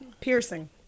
Piercing